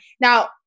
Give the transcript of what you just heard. Now